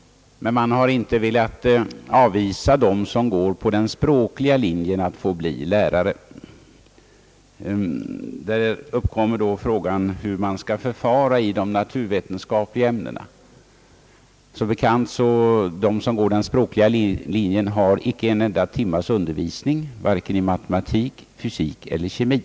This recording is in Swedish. Men man har inte velat avvisa elever som går på den språkliga linjen från att utbilda sig. till lärare. Då uppkommer frågan hur man skall förfara :i de naturvetenskapliga ämnena. De som går den språkliga linjen har som bekant icke en enda timmes undervisning i matematik, fysik eller kemi.